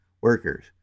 workers